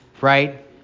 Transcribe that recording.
right